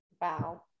wow